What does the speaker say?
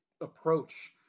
approach